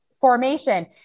formation